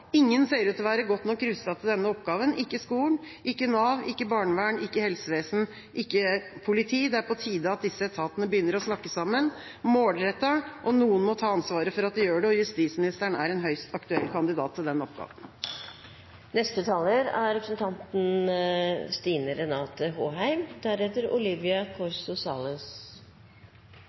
Ingen ser ut til å være godt nok rustet til denne oppgaven – ikke skolen, ikke Nav, ikke barnevern, ikke helsevesen, ikke politi. Det er på tide at disse etatene begynner å snakke sammen – målrettet. Noen må ta ansvaret for at de gjør det. Justisministeren er en høyst aktuell kandidat til den oppgaven.